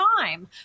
time